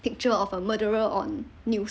picture of a murderer on news